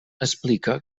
explica